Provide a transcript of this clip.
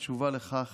התשובה לכך